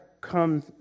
come